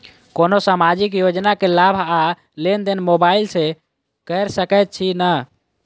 कोनो सामाजिक योजना केँ लाभ आ लेनदेन मोबाइल सँ कैर सकै छिःना?